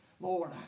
Lord